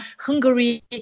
Hungary